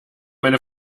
meine